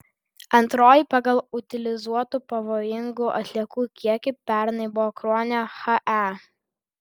antroji pagal utilizuotų pavojingų atliekų kiekį pernai buvo kruonio hae